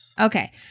Okay